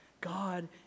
God